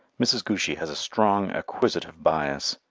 mrs. goochy has a strong acquisitive bias,